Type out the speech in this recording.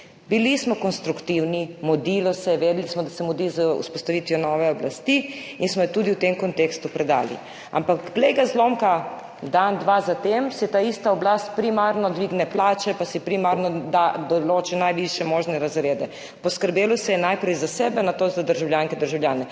Bili smo konstruktivni, mudilo se je, vedeli smo, da se mudi z vzpostavitvijo nove oblasti, in smo jo tudi v tem kontekstu predali. Ampak glej ga, zlomka, dan, dva za tem si ta ista oblast primarno dvigne plače pa si primarno določi najvišje možne razrede. Poskrbelo se je najprej za sebe, nato za državljanke in državljane.